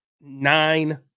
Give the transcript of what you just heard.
nine